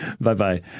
Bye-bye